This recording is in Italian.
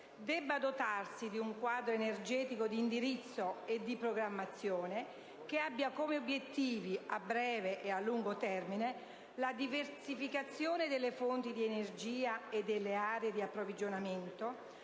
debba dotarsi di un quadro energetico di indirizzo e di programmazione che abbia come obiettivi, a breve e a lungo termine, la diversificazione delle fonti di energia e delle aree di approvvigionamento,